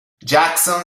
jackson